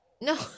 No